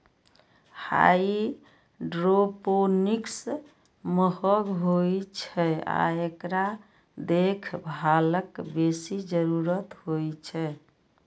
hydroponics महंग होइ छै आ एकरा देखभालक बेसी जरूरत होइ छै